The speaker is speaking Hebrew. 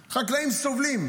החקלאים סובלים.